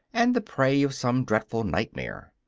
and the prey of some dreadful nightmare.